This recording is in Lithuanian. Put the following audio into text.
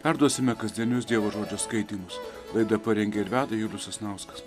perduosime kasdienius dievo žodžio skaitymus laidą parengė ir veda julius sasnauskas